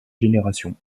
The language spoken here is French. générations